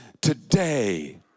Today